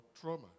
trauma